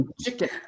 chicken